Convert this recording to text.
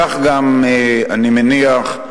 כך גם, אני מניח,